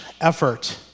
effort